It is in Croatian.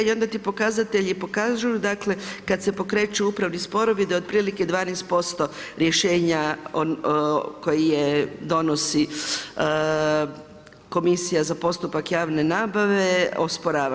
I onda ti pokazatelji pokažu dakle kada se pokreću upravni sporovi da otprilike 12% rješenja koje donosi Komisija za postupak javne nabave osporava.